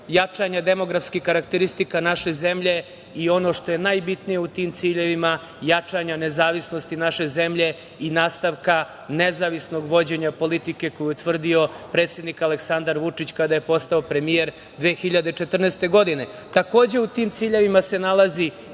jačanja demografskih karakteristika naše zemlje i ono što je najbitnije u tim ciljevima jačanja nezavisnosti naše zemlje i nastavka nezavisnog vođenja politike koju je utvrdio predsednik Aleksandar Vučić kada je postao premijer 2014. godine. Takođe, u tim ciljevima se nalazi